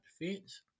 defense